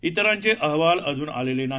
इतरांचे अहवाल अजून आलेले नाही